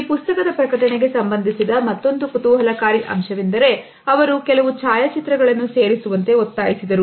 ಈ ಪುಸ್ತಕದ ಪ್ರಕಟಣೆಗೆ ಸಂಬಂಧಿಸಿದ ಮತ್ತೊಂದು ಕುತೂಹಲಕಾರಿ ಅಂಶವೆಂದರೆ ಅವರು ಕೆಲವು ಛಾಯಾಚಿತ್ರಗಳನ್ನು ಸೇರಿಸುವಂತೆ ಒತ್ತಾಯಿಸಿದರು